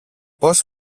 πώς